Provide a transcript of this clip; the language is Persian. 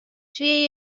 توی